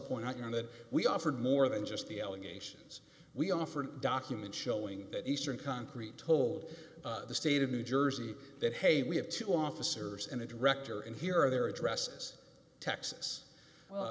now that we offered more than just the allegations we offered documents showing that eastern concrete told the state of new jersey that hey we have two officers and a director and here are their addresses texas